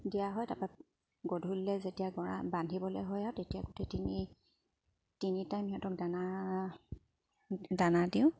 দিয়া হয় তাৰপা গধূলিলৈ যেতিয়া গৰা বান্ধিবলৈ হয় আৰু তেতিয়া গোটেই তিনি তিনি টাইম সিহঁতক দানা দানা দিওঁ